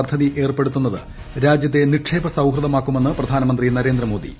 പദ്ധതി ഏർപ്പെടുത്തുന്നത് രാജ്യത്തെ നിക്ഷേപ സൌഹൃദമാക്കുമെന്ന് പ്രധാീന്റമ്പ്രന്തി നരേന്ദ്ര മോദി